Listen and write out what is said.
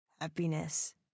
Happiness